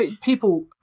People